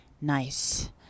nice